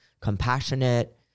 compassionate